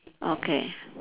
okay